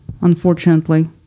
unfortunately